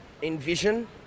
Envision